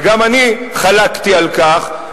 וגם אני חלקתי על כך,